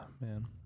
Man